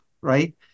right